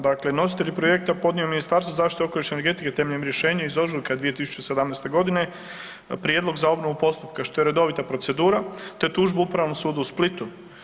Dakle, nositelj projekta podnio je Ministarstvu zaštite okoliša i energetike temeljem rješenja iz ožujka 2017.g. prijedlog za obnovu postupka, što je redovita procedura, te tužbu Upravnom sudu u Splitu.